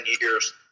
years